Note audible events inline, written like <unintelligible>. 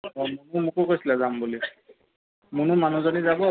<unintelligible> মোকো কৈছিলে যাম বুলি মুনুৰ মানুহজনী যাব